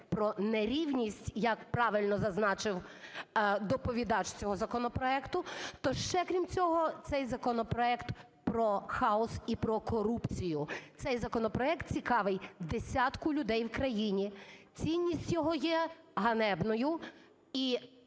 про нерівність, як правильно зазначив доповідач цього законопроекту, то ще, крім цього, цей законопроект про хаос і про корупцію. Цей законопроект цікавий десятку людей в країні, цінність його є ганебною, і